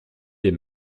des